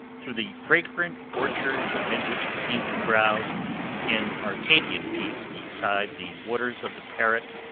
through the fragrant orchards amid which it seemed to drowse in arcadian peace beside the waters of the parrett,